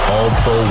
All-Pro